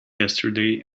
yesterday